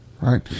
right